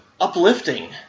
uplifting